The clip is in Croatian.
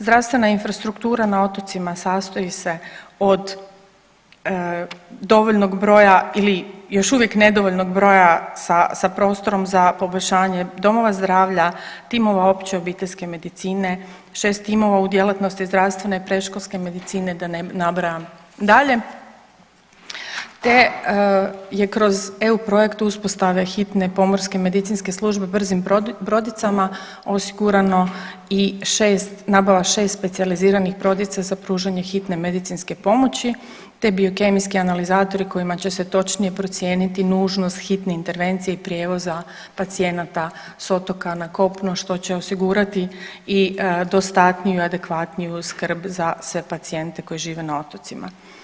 Zdravstvena infrastruktura na otocima sastoji se od dovoljnog broja ili još uvijek nedovoljnog broja sa prostorom za poboljšanje domova zdravlja, timova opće obiteljske medicine, šest timova u djelatnosti zdravstvene predškolske medicine da ne nabrajam dalje te je kroz eu projekt uspostave hitne pomorske medicinske službe brzim brodicama osigurano nabava šest specijaliziranih brodica za pružanje hitne medicinske pomoći te biokemijski analizatori kojima će se točnije procijeniti nužnost hitne intervencije i prijevoza pacijenata s otoka na kopno što će osigurati i dostatniju i adekvatniju skrb za sve pacijente koji žive na otocima.